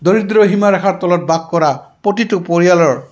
দৰিদ্ৰ সীমাাৰেখাৰ তলত বাস কৰা প্ৰতিটো পৰিয়ালৰ